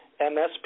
MSP